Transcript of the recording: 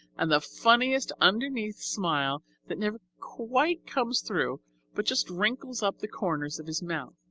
and the funniest underneath smile that never quite comes through but just wrinkles up the corners of his mouth.